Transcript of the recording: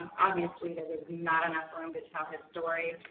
um obviously there was not enough room to tell his story,